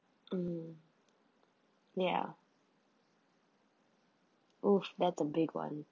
mm ya oh that's a big one